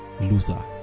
Luther